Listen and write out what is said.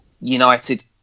United